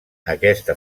aquesta